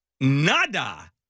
Nada